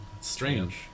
strange